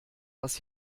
was